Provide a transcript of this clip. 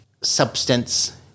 substance